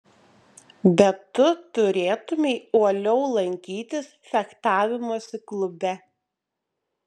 bet tu turėtumei uoliau lankytis fechtavimosi klube